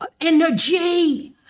Energy